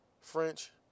French